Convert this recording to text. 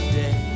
day